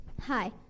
Hi